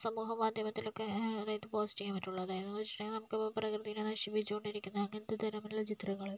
സമൂഹ മാധ്യമത്തിലൊക്കെ അതായത് പോസ്റ്റ് ചെയ്യാൻ പറ്റുള്ളൂ അതായത് എന്ന് വെച്ചിട്ടുണ്ടെങ്കിൽ നമുക്കിപ്പോൾ പ്രകൃതിയെ നശിപ്പിച്ചു കൊണ്ടിരിക്കുന്നത് അങ്ങനത്തെ തരമുള്ള ചിത്രങ്ങൾ